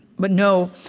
but no,